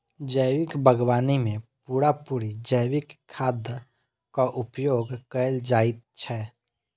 जैविक बागवानी मे पूरा पूरी जैविक खादक उपयोग कएल जाइत छै